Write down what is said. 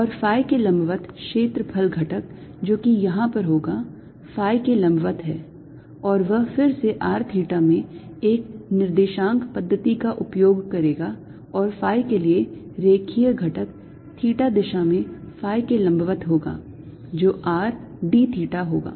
और phi के लंबवत क्षेत्रफल घटक जो कि यहां पर होगा phi के लंबवत है और वह फिर से r theta में एक निर्देशांक पद्धति का उपयोग करेगा और phi के लिए रेखीय घटक थीटा दिशा में phi के लंबवत होगा जो r d theta होगा